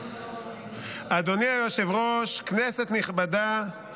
אדוני היושב-ראש, כנסת נכבדה,